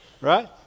Right